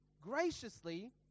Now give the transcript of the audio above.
graciously